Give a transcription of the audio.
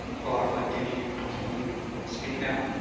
mclaughlin, can you speak now?